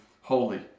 holy